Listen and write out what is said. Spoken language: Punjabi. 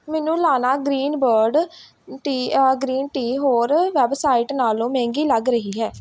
ਮੈਨੂੰ ਲਾਨਾ ਗ੍ਰੀਨਬਰਡ ਟੀ ਗ੍ਰੀਨ ਟੀ ਹੋਰ ਵੈੱਬਸਾਈਟ ਨਾਲੋਂ ਮਹਿੰਗੀ ਲੱਗ ਰਹੀ ਹੈ